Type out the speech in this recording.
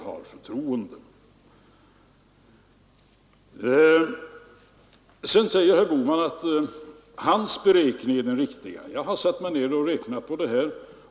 Herr Bohman säger att hans beräkning är den riktiga. Jag har satt mig ned och räknat på det här.